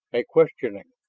a questioning.